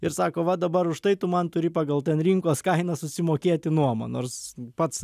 ir sako va dabar už tai tu man turi pagal ten rinkos kainą susimokėti nuomą nors pats